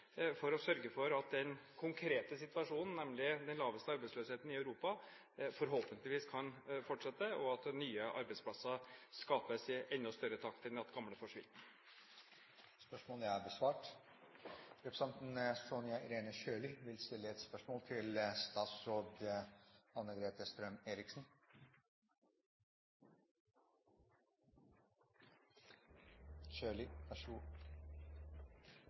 for å sørge for at den konkrete situasjonen, nemlig den laveste arbeidsløsheten i Europa, forhåpentligvis kan fortsette, og at nye arbeidsplasser skapes i enda høyere takt enn det de gamle forsvinner i. Dette spørsmålet er utsatt til neste spørretime. «I juni 2011 sa statsministeren følgende: «Vi setter nå krav til